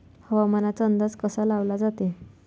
हवामानाचा अंदाज कसा लावला जाते?